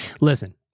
Listen